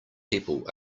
people